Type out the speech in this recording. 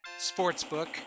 Sportsbook